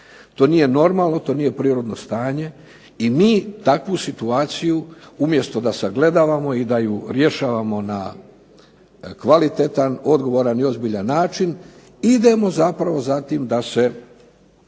To nije normalno, to nije prirodno stanje i mi takvu situaciju umjesto da sagledavamo i da ju rješavamo na kvalitetan, odgovoran i ozbiljan način idemo zapravo za tim da se